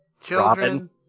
children